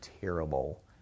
terrible